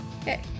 Okay